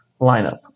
lineup